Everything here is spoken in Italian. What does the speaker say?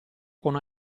con